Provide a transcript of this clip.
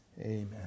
Amen